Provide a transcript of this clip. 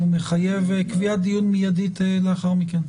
הוא מחייב קביעת דיון מיד לאחר מכן.